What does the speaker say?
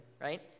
right